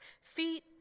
feet